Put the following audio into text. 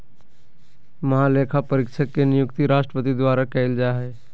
महालेखापरीक्षक के नियुक्ति राष्ट्रपति द्वारा कइल जा हइ